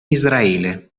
israele